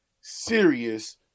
serious